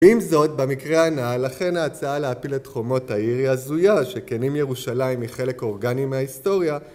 עם זאת במקרה הנ"ל אכן ההצעה להפיל את חומות העיר היא הזויה שכן אם ירושלים היא חלק אורגני מההיסטוריה...